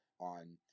on